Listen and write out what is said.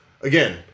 again